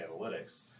analytics